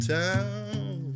town